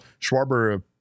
Schwarber